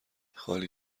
خالی